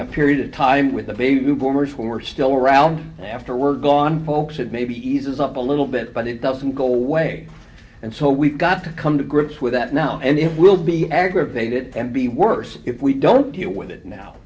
a period of time with the baby boomers who are still around after we're gone folks and maybe eases up a little bit but it doesn't go away and so we've got to come to grips with that now and it will be aggravated and be worse if we don't deal with it now